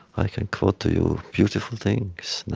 i can quote to you beautiful things,